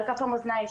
על כף המאזניים,